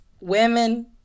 women